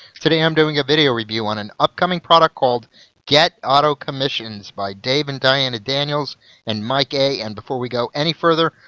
today i'm doing a video review on an upcoming product called get auto commissions, by dave and diana daniels and mike a, and before we go any further,